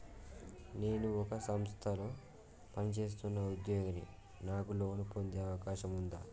నేను ఒక సంస్థలో పనిచేస్తున్న ఉద్యోగిని నాకు లోను పొందే అవకాశం ఉందా?